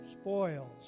Spoils